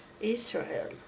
Israel